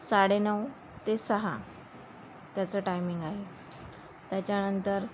साडे नऊ ते सहा त्याचं टायमिंग आहे त्याच्यानंतर